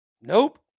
Nope